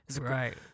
Right